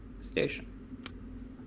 station